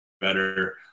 better